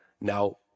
now